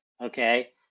okay